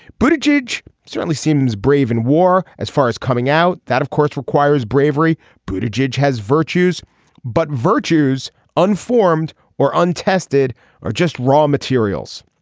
but certainly seems brave in war as far as coming out. that of course requires bravery but a judge has virtues but virtues unformed or untested or just raw materials.